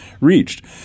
reached